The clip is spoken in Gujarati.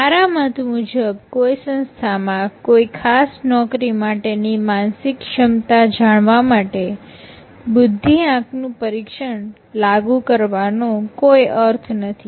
મારા મત મુજબ કોઈ સંસ્થામાં કોઈ ખાસ નોકરી માટેની માનસિક ક્ષમતા જાણવા માટે બુદ્ધિઆંકનું પરીક્ષણ લાગુ કરવાનો કોઈ અર્થ નથી